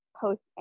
post